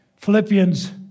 Philippians